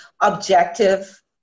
objective